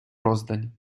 роздані